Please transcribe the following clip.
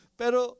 pero